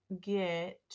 get